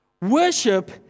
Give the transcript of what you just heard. Worship